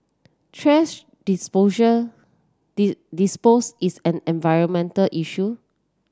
thrash disposal dispose is an environmental issue